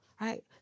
Right